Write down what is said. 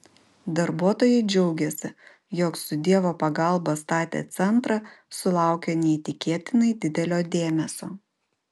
darbuotojai džiaugėsi jog su dievo pagalba statę centrą sulaukia neįtikėtinai didelio dėmesio